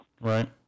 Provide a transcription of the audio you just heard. Right